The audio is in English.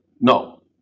no